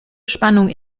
spannung